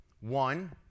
one